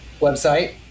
website